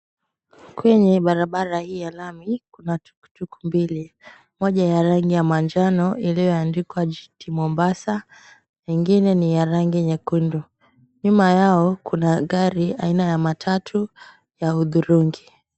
Kwenye barabara hii ya lami kuna tuktuk mbili, moja ya rangi ya manjano iliyoandikwa, GT Mombasa na ingine ni ya rangi nyekundu. Nyuma yao kuna gari aina ya matatu ya hudhurungi.